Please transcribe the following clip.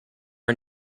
are